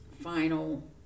final